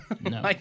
No